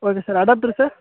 okay sir adaptor sir